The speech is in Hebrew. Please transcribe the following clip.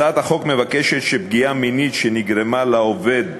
הצעת החוק מבקשת לקבוע שפגיעה מינית שנגרמה לעובד,